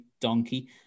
donkey